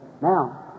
Now